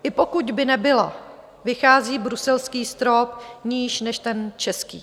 I pokud by nebyla, vychází bruselský strop níž než ten český.